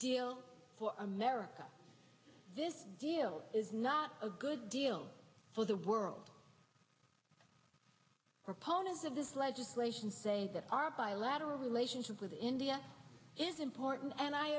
deal for america this is not a good deal for the world proponents of this legislation say that our bilateral relationship with india is important